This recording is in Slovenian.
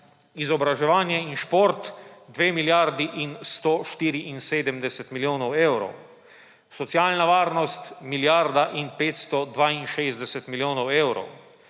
izobraževanje in šport – dve milijardi in 174 milijonov evrov, socialna varnost milijarda – in 562 milijonov evrov,